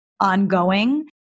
ongoing